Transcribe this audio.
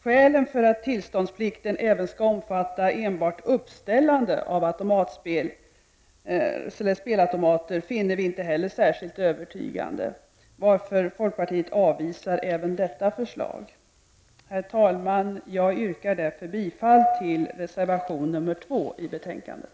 Skälen till att tillståndsplikten även skall omfatta enbart uppställande av spelautomater finner vi inte heller särskilt övertygande, varför folkpartiet avvisar även detta förslag. Herr talman! Jag yrkar därför bifall till reservation nr 2 till betänkandet.